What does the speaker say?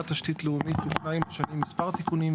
תשתית לאומית תוקנה עם השנים מספר תיקונים,